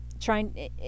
trying